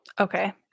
Okay